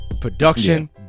Production